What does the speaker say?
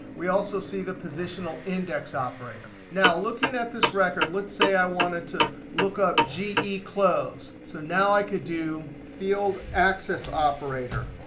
we also see the positional index operator. now, looking at this record, let's say i wanted to look up ge close. so now i could do field access operator.